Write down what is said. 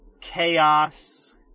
chaos